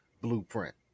blueprint